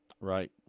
Right